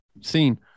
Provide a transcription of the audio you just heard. seen